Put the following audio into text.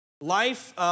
Life